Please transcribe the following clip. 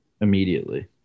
immediately